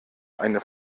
eine